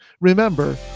remember